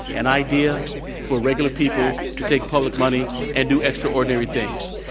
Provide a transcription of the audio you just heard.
an idea for regular people to take public money and do extraordinary things.